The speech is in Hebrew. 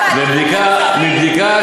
מי קודמת?